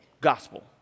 gospel